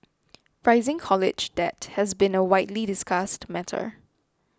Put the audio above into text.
rising college debt has been a widely discussed matter